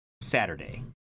Saturday